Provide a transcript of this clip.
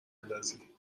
اندازی